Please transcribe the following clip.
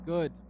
Good